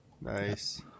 Nice